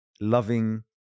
loving